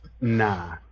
Nah